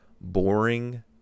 boring